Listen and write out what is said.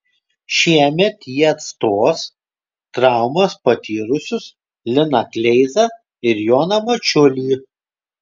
šiemet jie atstos traumas patyrusius liną kleizą ir joną mačiulį